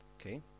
Okay